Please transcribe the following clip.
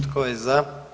Tko je za?